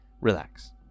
Relax